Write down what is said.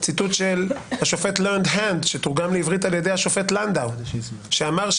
של השופט לרנד הנד שתורגם לעברית על-ידי השופט לנדאו שאמר,